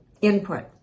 input